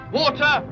water